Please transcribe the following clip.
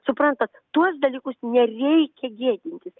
suprantat tuos dalykus nereikia gėdintis